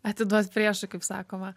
atiduot priešui kaip sakoma